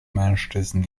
mężczyzn